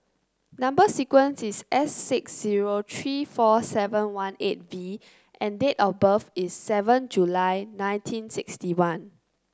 number sequence is S six zero three four seven one eight V and date of birth is seven July nineteen sixty one